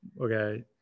okay